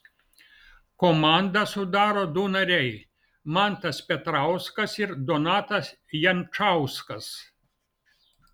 komandą sudaro du nariai mantas petrauskas ir donatas jančauskas